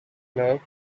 love